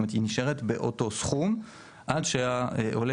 זאת אומרת היא נשארת באותו סכום עד שהעולה